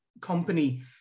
company